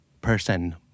person